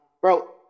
bro